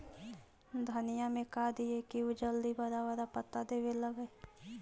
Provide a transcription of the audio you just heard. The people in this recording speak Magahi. धनिया में का दियै कि उ जल्दी बड़ा बड़ा पता देवे लगै?